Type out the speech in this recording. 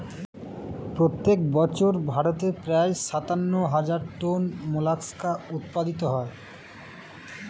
প্রত্যেক বছর ভারতে প্রায় সাতান্ন হাজার টন মোলাস্কা উৎপাদিত হয়